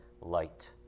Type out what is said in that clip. light